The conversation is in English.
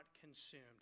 consumed